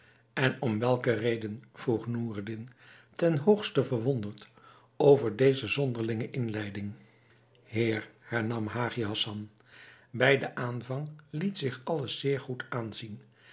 en om welke reden vroeg noureddin ten hoogste verwonderd over deze zonderlinge inleiding heer hernam hagi hassan bij den aanvang liet zich alles zeer goed aanzien